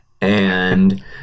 And-